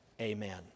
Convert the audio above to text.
amen